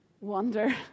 Wonder